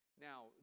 Now